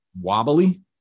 wobbly